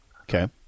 Okay